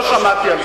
לא שמעתי על זה.